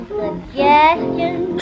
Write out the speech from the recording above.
suggestions